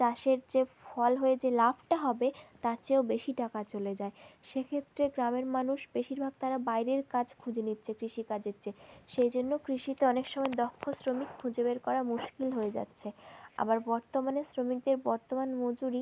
চাষের যে ফল হয়ে যে লাভটা হবে তার চেয়েও বেশি টাকা চলে যায় সেক্ষেত্রে গ্রামের মানুষ বেশিরভাগ তারা বাইরের কাজ খুঁজে নিচ্ছে কৃষিকাজের চেয়ে সেই জন্য কৃষিতে অনেক সময় দক্ষ শ্রমিক খুঁজে বের করা মুশকিল হয়ে যাচ্ছে আবার বর্তমানে শ্রমিকদের বর্তমান মজুরি